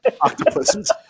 octopuses